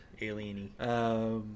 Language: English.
Alien-y